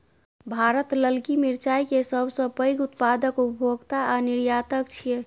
भारत ललकी मिरचाय के सबसं पैघ उत्पादक, उपभोक्ता आ निर्यातक छियै